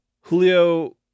Julio